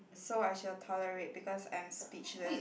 so I shall tolerate because I'm speechless